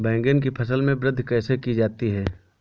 बैंगन की फसल में वृद्धि कैसे की जाती है?